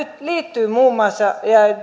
liittyy muun muassa